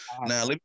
Now